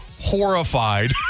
horrified